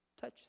Touch